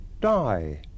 die